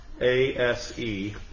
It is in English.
A-S-E